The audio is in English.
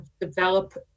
develop